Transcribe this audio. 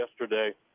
yesterday